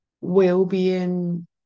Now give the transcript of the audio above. well-being